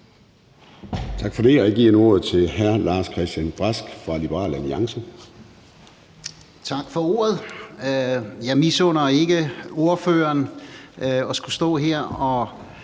Tak for det. Og jeg giver nu ordet til hr. Lars-Christian Brask fra Liberal Alliance.